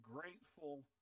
grateful